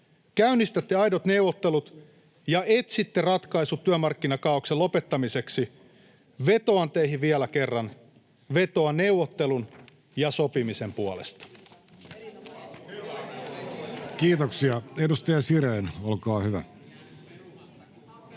käynnistätte aidot neuvottelut ja etsitte ratkaisut työmarkkinakaaoksen lopettamiseksi. Vetoan teihin vielä kerran: vetoan neuvottelun ja sopimisen puolesta. [Speech 5] Speaker: